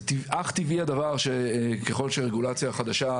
אך טבעי הדבר שככל שרגולציה חדשה,